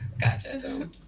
Gotcha